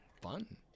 Fun